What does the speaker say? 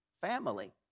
family